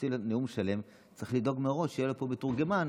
כשעושים נאום שלם צריך לדאוג מראש שיהיה פה מתורגמן,